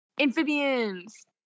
Amphibians